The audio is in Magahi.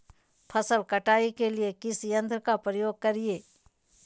फसल कटाई के लिए किस यंत्र का प्रयोग करिये?